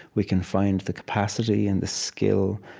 we can find the capacity and the skill,